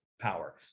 power